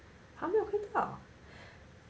他没有亏到